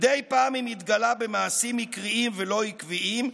מדי פעם היא מתגלה במעשים מקריים ולא עקביים,